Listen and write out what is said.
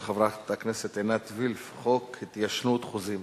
של חברת הכנסת עינת וילף: חוק התיישנות חוזים.